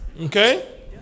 Okay